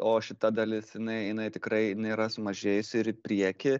o šita dalis jinai jinai tikrai jinai yra sumažėjus ir į priekį